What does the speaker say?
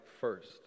first